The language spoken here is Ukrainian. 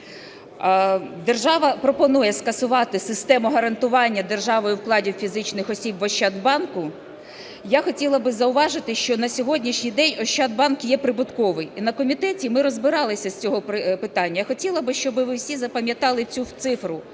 держава пропонує скасувати систему гарантування державою вкладів фізичних осіб в Ощадбанку, я хотіла би зауважити, що на сьогоднішній день Ощадбанк є прибутковий, і на комітеті ми розбиралися з цього питання. Я хотіла би, щоби ви всі запам'ятали цю цифру: